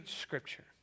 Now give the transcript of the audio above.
Scripture